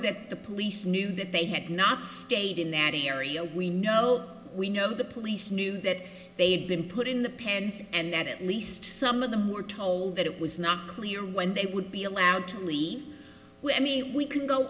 that the police knew that they had not stayed in the area we know we know the police knew that they'd been put in the pens and that at least some of them were told that it was not clear when they would be allowed to leave me we c